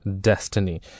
destiny